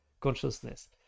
consciousness